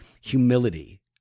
humility